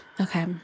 okay